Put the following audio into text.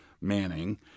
manning